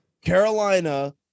Carolina